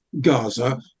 gaza